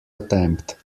attempt